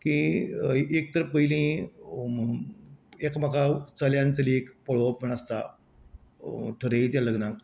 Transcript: की एक तर पयली एकामेकांक चल्यान चलयेक पळोवप म्हण आसता थरयिल्ल्या त्या लग्नाक